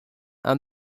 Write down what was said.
and